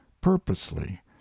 purposely